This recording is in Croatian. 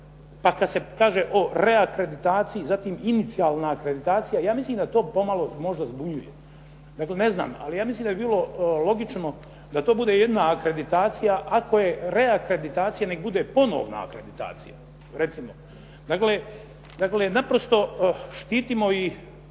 pa kada se kaže o reakreditaciji, zatim inicijalna akreditacija, ja mislim da to pomalo možda zbunjuje. Dakle, ne znam, ali ja mislim da bi bilo logično da to bude jedna akreditacija, ako je reakreditacija neka bude ponovna akreditacija. Recimo, dakle, dakle, naprosto štitimo i